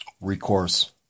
recourse